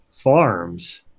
Farms